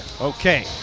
Okay